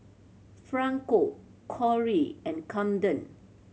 Franco Kori and Camden